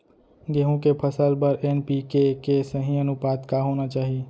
गेहूँ के फसल बर एन.पी.के के सही अनुपात का होना चाही?